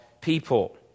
people